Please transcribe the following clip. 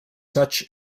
such